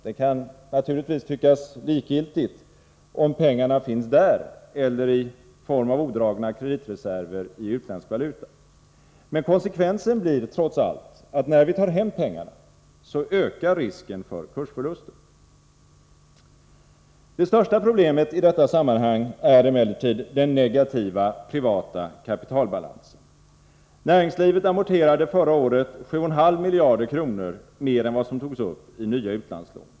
Det kan naturligtvis tyckas vara likgiltigt om pengarna finns där eller i form av odragna kreditreserver i utländsk valuta, men konsekvensen blir trots allt att när vi tar hem pengarna ökar risken för kursförluster. Det största problemet i detta sammanhang är emellertid den negativa privata kapitalbalansen. Näringslivet amorterade förra året 7,5 miljarder kronor mer än vad som togs upp i nya utlandslån.